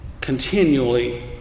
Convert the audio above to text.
continually